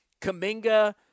Kaminga